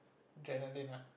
adrenaline ah